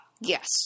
Yes